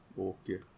Okay